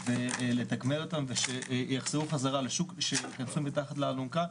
ולתגמל אותם בשביל שיחזרו בחזרה לשוק ושייכנסו מתחת לאלונקה.